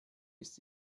ist